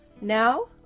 Now